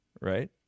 Right